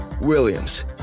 Williams